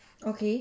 okay